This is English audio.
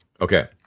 Okay